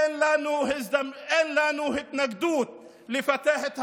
אין לנו התנגדות לפתח את הנגב.